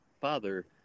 father